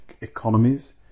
economies